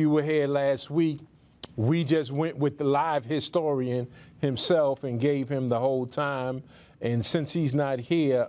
you were here last week we just went with the live historian himself and gave him the whole time and since he's not here